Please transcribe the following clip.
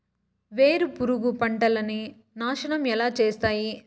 వేరుపురుగు పంటలని నాశనం ఎలా చేస్తాయి?